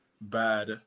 bad